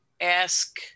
ask